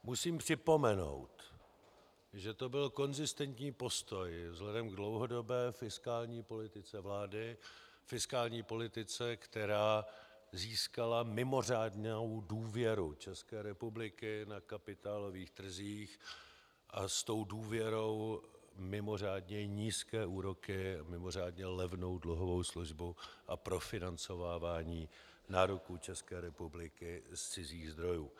Musím připomenout, že to byl konzistentní postoj vzhledem k dlouhodobé fiskální politice vlády, fiskální politice, která získala mimořádnou důvěru České republiky na kapitálových trzích a s tou důvěrou mimořádně nízké úroky a mimořádně levnou dluhovou službu a profinancovávání nároků České republiky z cizích zdrojů.